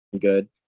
good